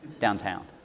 downtown